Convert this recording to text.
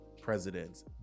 presidents